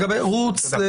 רוץ.